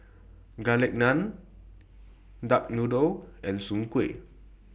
Garlic Naan Duck Noodle and Soon Kuih